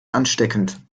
ansteckend